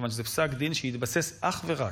כיוון שזה פסק דין שהתבסס אך ורק,